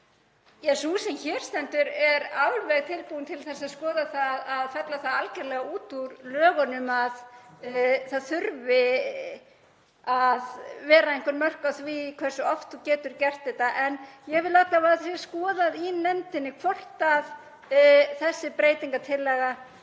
að sú sem hér stendur er alveg tilbúin til að skoða það að fella það algerlega út úr lögunum að það þurfi að vera einhver mörk á því hversu oft þú getur gert þetta. En ég vil alla vega að það sé skoðað í nefndinni hvort þessi breytingartillaga